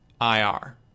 IR